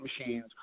machines